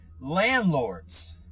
landlords